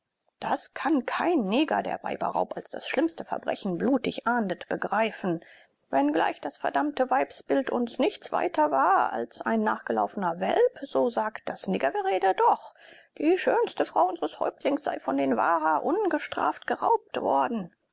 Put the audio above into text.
das kann kein neger der weiberraub als das schlimmste verbrechen blutig ahndet begreifen wenngleich das verdammte weibsbild uns nichts weiter war als ein nachgelaufener welp so sagt das niggergerede doch die schönste frau unsres häuptlings sei von den waha ungestraft geraubt worden